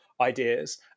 ideas